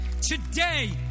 Today